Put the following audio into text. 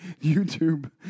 YouTube